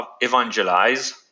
evangelize